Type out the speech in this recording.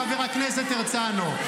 חבר הכנסת הרצנו.